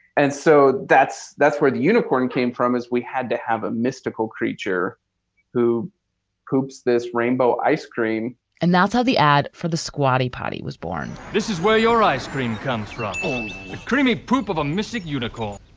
and so that's that's where the unicorn came from as we had to have a mystical creature who hopes this rainbow ice cream and that's how the ad for the squatty potty was born this is where your ice cream comes through a creamy poop of a mystic unical